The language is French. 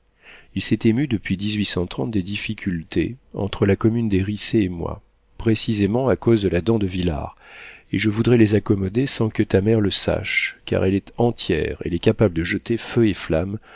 il s'est ému depuis des difficultés entre la commune des riceys et moi précisément à cause de la dent du vilard et je voudrais les accommoder sans que ta mère le sache car elle est entière elle est capable de jeter feu et flammes